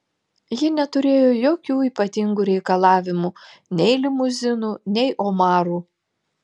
ji neturėjo jokių ypatingų reikalavimų nei limuzinų nei omarų